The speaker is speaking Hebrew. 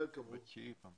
אחוז, אין בעיה.